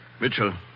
Mitchell